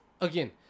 again